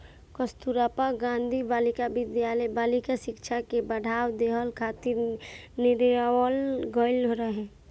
कस्तूरबा गांधी बालिका विद्यालय बालिका शिक्षा के बढ़ावा देहला खातिर लियावल गईल रहे